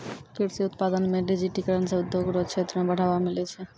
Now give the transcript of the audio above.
कृषि उत्पादन मे डिजिटिकरण से उद्योग रो क्षेत्र मे बढ़ावा मिलै छै